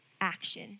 action